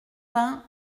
vingt